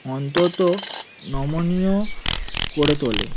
অন্তত নমনীয় করে তোলে